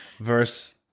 verse